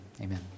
Amen